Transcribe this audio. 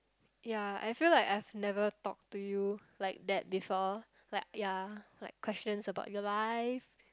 ya I feel like I've never talk to you like that before like ya like questions about your life